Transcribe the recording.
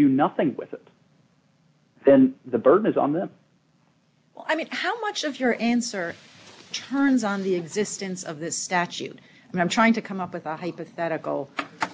do nothing with it then the burden is on them i mean how much of your answer turns on the existence of this statute and i'm trying to come up with a hypothetical